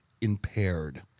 impaired